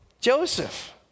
Joseph